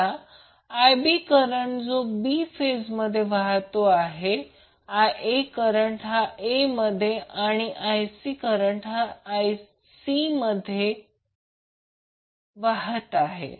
आता Ib current जो b phase मध्ये वाहत आहे Ia हा फेज a मध्ये आणि Icहा c फेजमध्ये वाहत आहे